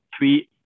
three